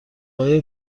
های